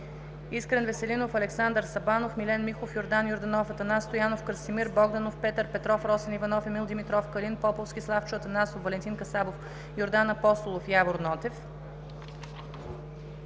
Искрен Веселинов, Александър Сабанов, Милен Михов, Йордан Йорданов, Атанас Стоянов, Красимир Богданов, Петър Петров, Росен Иванов, Емил Димитров, Калин Поповски, Славчо Атанасов, Валентин Касабов, Йордан Апостолов и Явор Нотев: